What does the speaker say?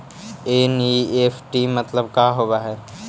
NEFT मतलब का होब हई?